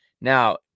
Now